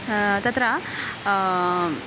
तत्र